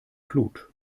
flut